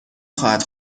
خواهد